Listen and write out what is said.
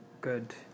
good